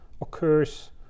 occurs